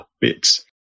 bits